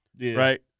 right